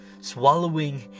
swallowing